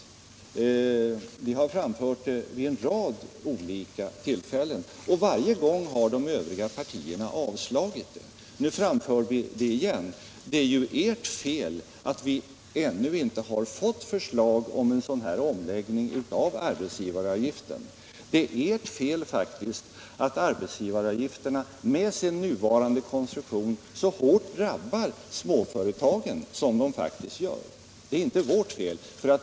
Vi har framfört det vid en rad olika tillfällen, och varje gång har de övriga partierna avslagit det. Nu framför vi det igen. Det är ju ert fel att vi ännu inte har fått ett förslag om en sådan omläggning. Det är faktiskt ert fel att arbetsgivaravgifterna med sin nuvarande konstruktion så hårt drabbar småföretagen som de gör. Det är inte vårt fel.